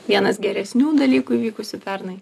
vienas geresnių dalykų įvykusių pernai